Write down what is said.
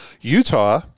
Utah